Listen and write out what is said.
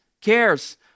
cares